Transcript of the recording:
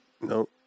no